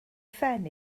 phen